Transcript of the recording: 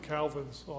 Calvin's